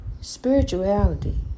Spirituality